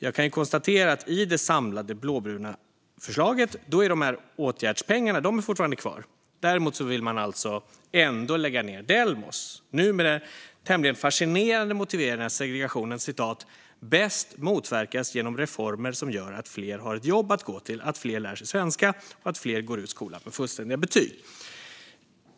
Jag kan dock konstatera att dessa åtgärdspengar är kvar i det samlade blåbruna förslaget men att man ändå vill lägga ned Delmos - numera med den tämligen fascinerande motiveringen att segregationen bäst motverkas genom reformer som gör att fler har ett jobb att gå till, att fler lär sig svenska och att fler går ut skolan med fullständiga betyg.